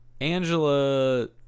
Angela